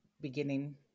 beginning